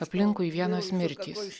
aplinkui vienos mirtys išvis